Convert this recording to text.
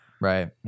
Right